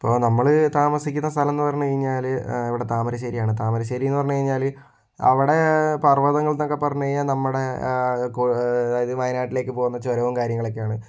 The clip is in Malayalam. നമ്മൾ താമസിക്കുന്ന സ്ഥലം എന്ന് പറഞ്ഞു കഴിഞ്ഞാല് ഇവിടെ താമരശ്ശേരിയാണ് താമരശ്ശേരിന്നു പറഞ്ഞ കഴിഞ്ഞാല് അവിടെ പർവ്വതങ്ങൾ എന്നൊക്കെ പറഞ്ഞു കഴിഞ്ഞാല് അതായത് വയനാട്ടിലേക്കു പോകുന്നിടത്ത് ചുരവും കാര്യങ്ങളുമൊക്കെയാണ്